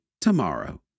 tomorrow